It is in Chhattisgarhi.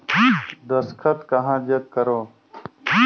दस्खत कहा जग करो?